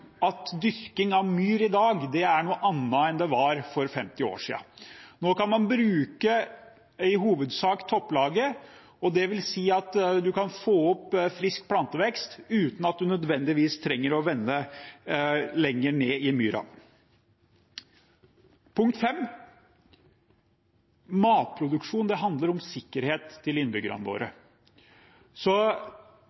at dyrking av myr er noe annet i dag enn det var for 50 år siden. Nå kan man i hovedsak bruke topplaget, og det vil si at man kan få opp frisk plantevekst uten at man nødvendigvis trenger å vende lenger ned i myra. Punkt nummer fem er at matproduksjon handler om sikkerheten til innbyggerne våre.